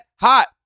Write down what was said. hot